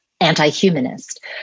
anti-humanist